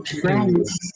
friends